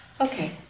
Okay